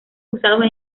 usados